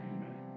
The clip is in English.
Amen